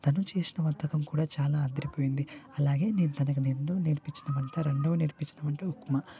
తను చేసిన వంటకం కూడా చాలా అదిరిపోయింది అలాగే నేను రెండో నేర్పించిన వంట రెండో నేర్పించిన వంట ఉప్మా